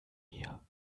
mir